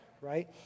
right